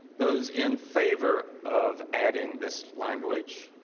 those in favor of adding this language?